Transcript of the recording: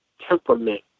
temperament